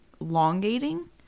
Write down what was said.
elongating